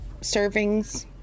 servings